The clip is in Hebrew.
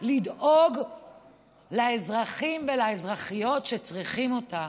לדאוג לאזרחים ולאזרחיות שצריכים אותה.